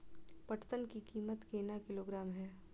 पटसन की कीमत केना किलोग्राम हय?